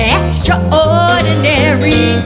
extraordinary